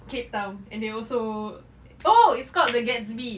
cape town and they also oh it's called the gatsby